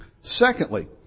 Secondly